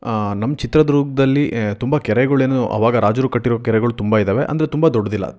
ನಮ್ಮ ಚಿತ್ರದುರ್ಗದಲ್ಲಿ ತುಂಬ ಕೆರೆಗಳೇನೋ ಅವಾಗ ರಾಜರು ಕಟ್ಟಿರೋ ಕೆರೆಗಳು ತುಂಬ ಇದ್ದಾವೆ ಅಂದರೆ ತುಂಬ ದೊಡ್ಡದಿಲ್ಲ